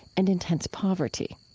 and intense poverty.